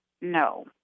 No